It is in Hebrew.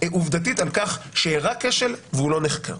עובדתית על-כך שאירע כשל והוא לא נחקר.